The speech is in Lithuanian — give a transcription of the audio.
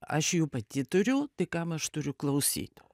aš jų pati turiu tai kam aš turiu klausyt to